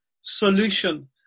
solution